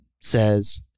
says